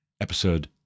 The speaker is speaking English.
episode